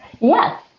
yes